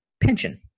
pension